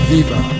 Viva